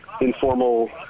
informal